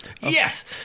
Yes